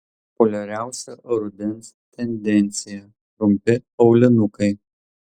populiariausia rudens tendencija trumpi aulinukai